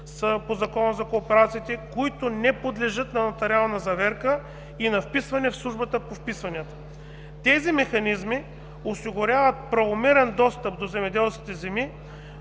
са по Закона за кооперациите, които не подлежат на нотариална заверка и на вписване в Службата в вписванията. Тези механизми осигуряват правомерен достъп до земеделските земи,